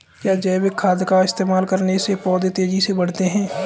क्या जैविक खाद का इस्तेमाल करने से पौधे तेजी से बढ़ते हैं?